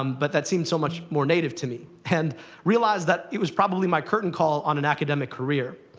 um but that seemed so much more native to me, and realized that it was probably my curtain call on an academic career.